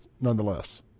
nonetheless